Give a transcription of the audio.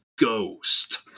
Ghost